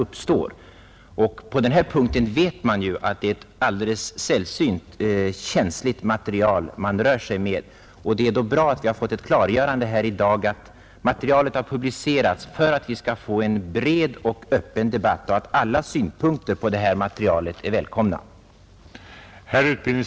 På den här punkten rör det sig ju om ett sällsynt känsligt ämne, och det är bra att vi har fått ett klargörande här i dag om att materialet har publicerats för att vi skall få en bred och öppen debatt och att alla synpunkter på det här materialet är välkomna.